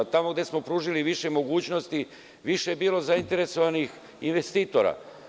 Tamo gde smo pružili više mogućnosti, više je bilo zainteresovanih investitora.